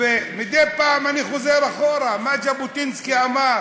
ומדי פעם אני חוזר אחורה: מה ז'בוטינסקי אמר?